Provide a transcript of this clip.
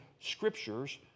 Scriptures